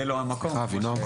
זה לא המקום --- אבינועם,